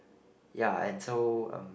ya and so um